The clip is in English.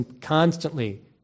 constantly